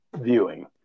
viewing